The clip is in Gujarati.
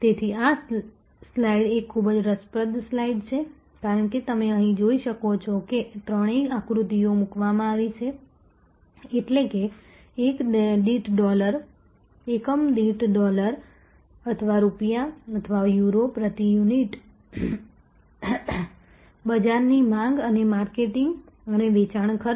તેથી આ સ્લાઇડ એક ખૂબ જ રસપ્રદ સ્લાઇડ છે કારણ કે તમે અહીં જોઈ શકો છો કે ત્રણેય આકૃતિઓ મૂકવામાં આવી છે એટલે કે એકમ દીઠ ડોલર અથવા રૂપિયા અથવા યુરો પ્રતિ યુનિટ બજારની માંગ અને માર્કેટિંગ અને વેચાણ ખર્ચ